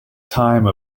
time